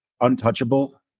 untouchable